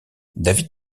david